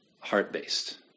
heart-based